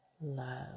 love